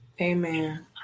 Amen